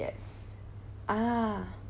yes ah